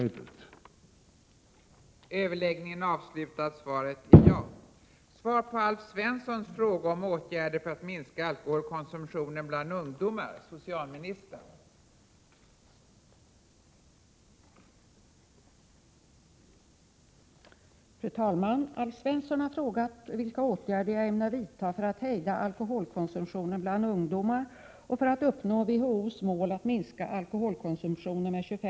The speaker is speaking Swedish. Om åtgärder för att